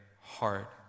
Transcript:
heart